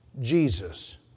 Jesus